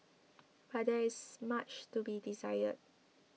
but there is much to be desired